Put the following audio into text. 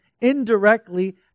indirectly